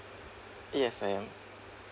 yes I am